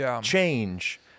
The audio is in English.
change